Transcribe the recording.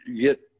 get